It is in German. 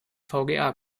vga